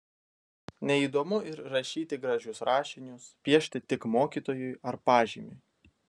neįdomu ir rašyti gražius rašinius piešti tik mokytojui ar pažymiui